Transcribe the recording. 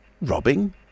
Robbing